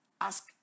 ask